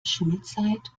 schulzeit